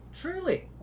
truly